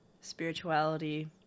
spirituality